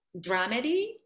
dramedy